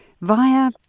via